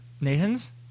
Nathan's